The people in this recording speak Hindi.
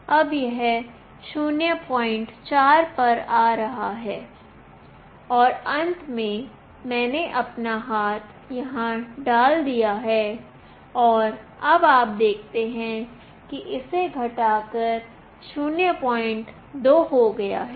अब यह 04 पर आ रहा है और अंत में मैंने अपना हाथ यहां डाल दिया है और अब आप देखते हैं कि इसे घटाकर 02 हो गया है